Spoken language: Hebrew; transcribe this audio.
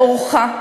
לאורך,